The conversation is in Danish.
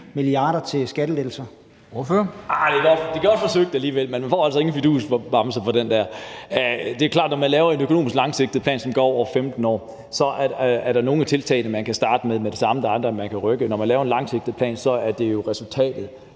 Mathiesen (NB): Arh, det var alligevel godt forsøgt, men man får altså ikke en fidusbamse for den der. Det er klart, at når man laver en økonomisk langsigtet plan, som går over 15 år, er der nogle af tiltagene, man kan starte med det samme, og andre, man kan rykke. Når man laver en langsigtet plan, er det jo resultatet,